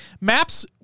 Maps